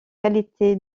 qualité